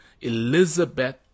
Elizabeth